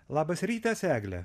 labas rytas egle